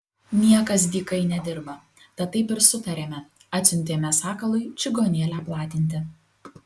niekas dykai nedirba tad taip ir sutarėme atsiuntėme sakalui čigonėlę platinti